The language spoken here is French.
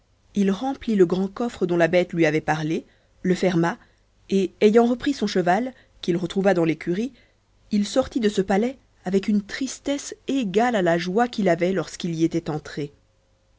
il remplit le grand coffre dont la bête lui avait parlé le ferma et ayant repris son cheval qu'il retrouva dans l'écurie il sortit de ce palais avec une tristesse égale à la joie qu'il avait lorsqu'il y était entré